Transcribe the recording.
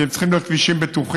כי הם צריכים להיות כבישים בטוחים,